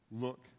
look